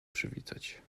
przywitać